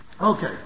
Okay